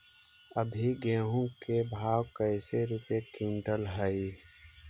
अभी गेहूं के भाव कैसे रूपये क्विंटल हई?